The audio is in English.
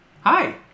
Hi